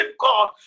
God